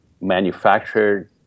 manufactured